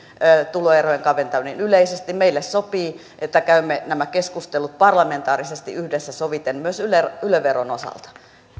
tuloerojen kaventaminen yleisesti meille sopii että käymme nämä keskustelut parlamentaarisesti yhdessä sopien myös yle yle veron osalta